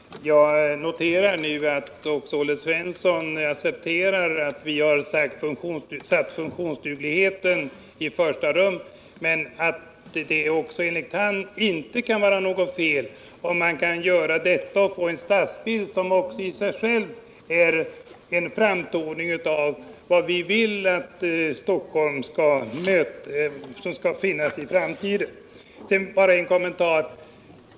Herr talman! Jag noterar nu att också Olle Svensson accepterar att vi har satt funktionsdugligheten i första rummet, men att det enligt honom inte heller är något fel om man kan göra detta och samtidigt få en stadsbild som i sig själv är en framtoning av var vi skall finnas i framtiden. Bara en kommentar.